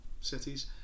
cities